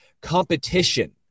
competition